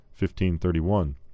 1531